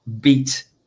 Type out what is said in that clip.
beat